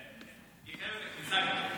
את דרמטית.